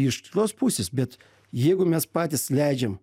iš kitos pusės bet jeigu mes patys leidžiam